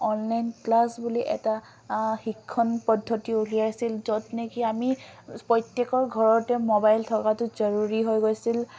online class বুলি এটা শিক্ষণ পদ্ধতি উলিয়াইছিল য'ত নেকি আমি প্ৰত্যেকৰ ঘৰতে মোবাইল থকাটো জৰুৰী হৈ গৈছিল